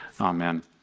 Amen